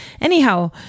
Anyhow